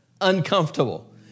uncomfortable